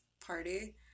party